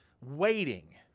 waiting